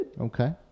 Okay